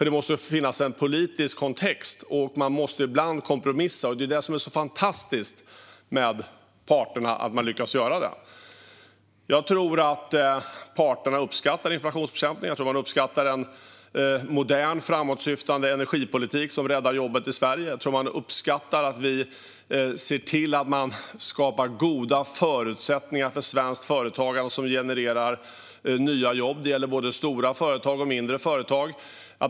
Det måste finnas en politisk kontext, och ibland måste man kompromissa. Det är detta som är så fantastiskt med parterna - att man lyckas göra detta. Jag tror att parterna uppskattar inflationsbekämpning och en modern, framåtsyftande energipolitik som räddar jobben i Sverige. Jag tror att de uppskattar att vi ser till att det skapas goda förutsättningar för svenskt företagande som genererar nya jobb. Detta gäller både stora företag och mindre företag.